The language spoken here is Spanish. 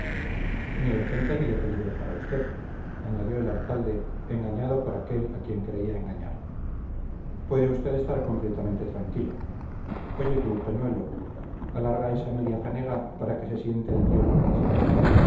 urgente ni de peligro para usted añadió el alcalde engañado por aquel a quien creía engañar puede usted estar completamente tranquilo oye tú toñuelo alarga esa media fanega para que se siente el tío lucas